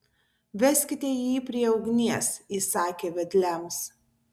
veskite jį prie ugnies įsakė vedliams